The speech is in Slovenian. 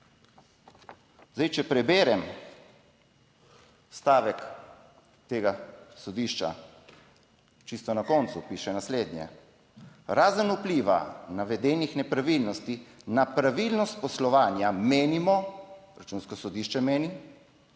Zdaj, če preberem stavek tega sodišča, čisto na koncu piše naslednje: Razen vpliva navedenih nepravilnosti na pravilnost poslovanja menimo, Računsko sodišče meni,